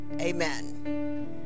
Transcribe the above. Amen